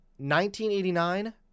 1989